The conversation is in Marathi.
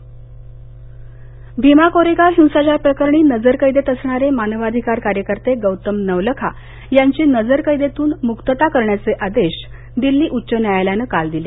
नवलखा भीमा कोरेगाव हिंसाचार प्रकरणी नजरकेदेत असणारे मानवाधिकार कार्यकर्ते गौतम नवलखा यांची नजरकेदेतून मुक्तता करण्याचे आदेश दिल्ली उच्च न्यायालयानं काल दिले